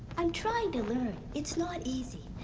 i'm trying to learn, it's not easy.